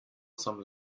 some